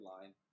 line